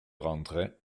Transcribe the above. rentrait